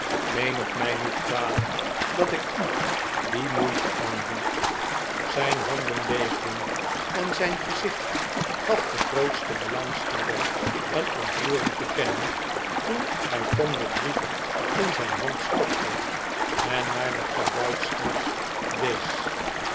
neem het mij niet kwalijk dat ik u die moeite aandoe zijn handen beefden en zijn gezicht gaf de grootste belangstelilng en ontroering te kennen toen hij tom den brief in zijn hand stopte en naar de kajuitstrap wees